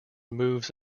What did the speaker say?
moves